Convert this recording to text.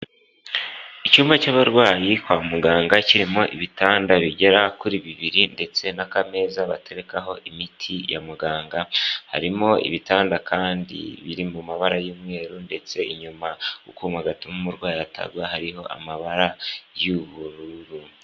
Icyumba cy'abarwayi kwa muganga kirimo ibitanda bigera kuri bibiri ndetse n'akameza baterekaho imiti ya muganga, harimo ibitanda kandi biri mu mabara y'umweru, ndetse inyuma kukuma gatuma umurwayi atagwa hariho amabara y'ubururu.